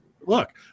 Look